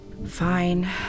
Fine